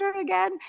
again